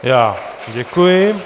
Já děkuji.